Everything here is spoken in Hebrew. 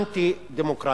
אנטי-דמוקרטית.